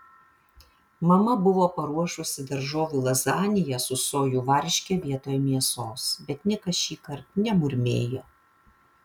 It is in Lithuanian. mama buvo paruošusi daržovių lazaniją su sojų varške vietoj mėsos bet nikas šįkart nemurmėjo